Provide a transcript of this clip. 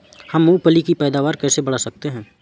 हम मूंगफली की पैदावार कैसे बढ़ा सकते हैं?